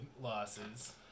losses